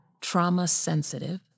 trauma-sensitive